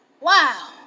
wow